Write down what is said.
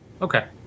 Okay